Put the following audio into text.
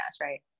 right